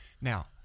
Now